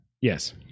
Yes